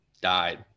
died